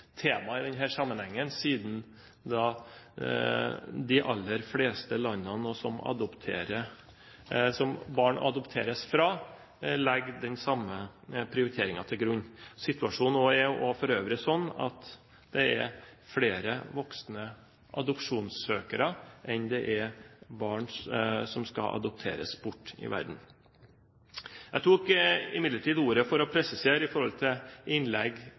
tema i denne sammenhengen, siden de aller fleste landene som barn adopteres fra, legger den samme prioriteringen til grunn. Situasjonen er for øvrig også sånn at det er flere voksne adopsjonssøkere enn det er barn som skal adopteres bort i verden. Jeg tok imidlertid ordet for en presisering, spesielt i forhold til innlegg